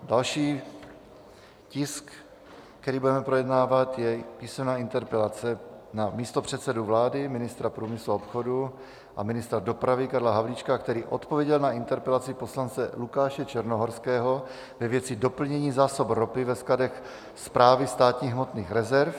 Další tisk, který budeme projednávat, je písemná interpelace na místopředsedu vlády, ministra průmyslu a obchodu a ministra dopravy Karla Havlíčka, který odpověděl na interpelaci poslance Lukáše Černohorského ve věci doplnění zásob ropy ve skladech Správy státních hmotných rezerv.